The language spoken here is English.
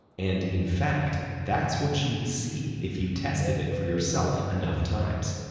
and, in fact, that's what you'd see if you tested it for yourself enough times.